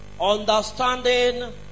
Understanding